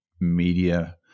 media